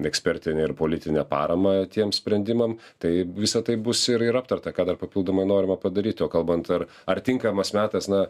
ekspertinę ir politinę paramą tiems sprendimam tai visa tai bus ir ir aptarta ką dar papildomai norima padaryti o kalbant ar ar tinkamas metas na